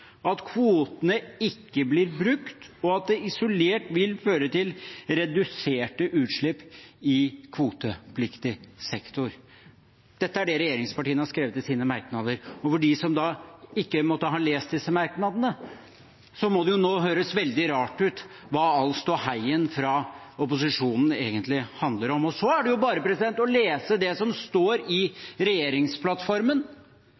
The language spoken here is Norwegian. at kvotene ikke blir brukt, og at det isolert vil føre til reduserte utslipp i kvotepliktig sektor. Dette er det regjeringspartiene har skrevet i sine merknader. For dem som ikke måtte ha lest disse merknadene, må det jo høres veldig rart ut med all ståheien fra opposisjonen – hva den egentlig handler om. Det er bare å lese det som står